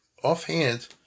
offhand